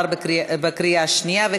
ילד) (תיקון מס' 15) עברה בקריאה השנייה.